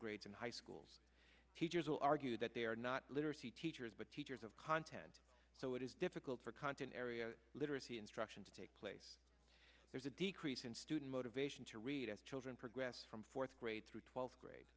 grades and high schools teachers will argue that they are not literacy teachers but teachers of content so it is difficult for content area literacy instruction to take place there's a decrease in student motivation to read as children progress from fourth grade through twelfth grade